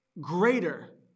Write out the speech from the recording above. greater